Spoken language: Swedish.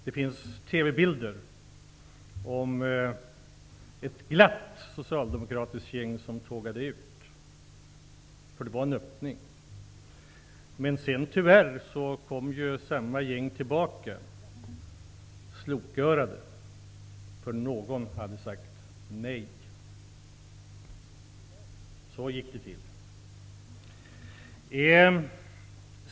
Det finns TV-bilder som visar ett glatt socialdemokratiskt gäng som tågade ut, eftersom detta var en öppning. Men tyvärr kom sedan samma gäng slokörat tillbaka, eftersom någon hade sagt nej. Så gick det till.